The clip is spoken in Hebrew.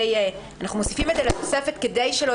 אנחנו מוסיפים את זה לתוספת כדי שלא